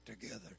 together